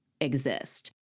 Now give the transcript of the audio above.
exist